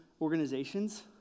organizations